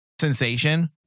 sensation